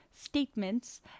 Statements